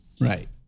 Right